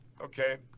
Okay